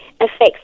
affects